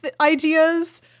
ideas